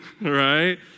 right